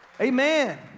Amen